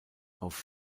auf